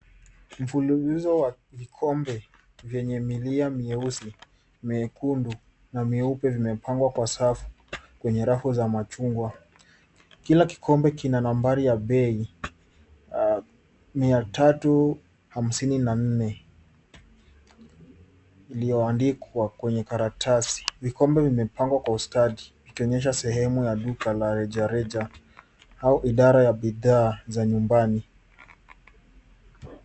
Mfululizo wa vikombe vyenye milia myeusi, myekundu na myeupe vimepangwa kwa safu kwenye rafu za machungwa. Kila kikombe kina nambari ya bei 354 iliyoandikwa kwenye karatasi. Vikombe vimepangwa kwa ustadi vikionyesha sehemu ya duka la rejareja au idara ya bidhaa za nyumbani.